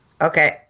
Okay